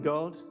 God